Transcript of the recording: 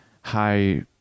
high